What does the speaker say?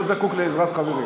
נכון,